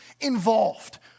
involved